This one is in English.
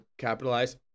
capitalize